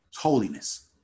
holiness